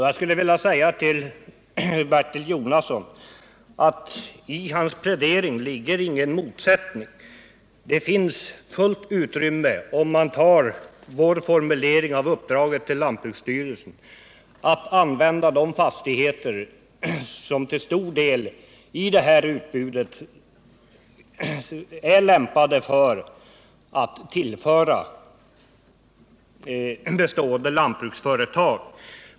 Jag skulle vilja säga till Bertil Jonasson att i hans plädering ligger ingen motsättning. Det finns fullt utrymme — om man tar vår formulering av uppdraget till lantbruksstyrelsen — för att använda de fastigheter i det här utbudet som till stor del är lämpade att tillföras bestående lantbruksföretag.